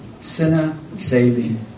sinner-saving